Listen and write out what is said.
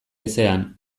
ezean